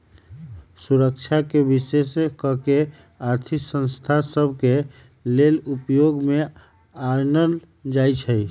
सुरक्षाके विशेष कऽ के आर्थिक संस्था सभ के लेले उपयोग में आनल जाइ छइ